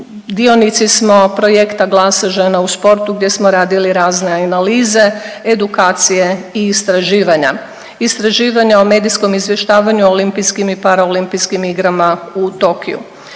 dionici smo projekta Glasa žena u sportu gdje smo radili razne analize, edukacije i istraživanja. Istraživanja o medijskom izvještavanju Olimpijskim i Paraolimpijskim igrama u Tokiju.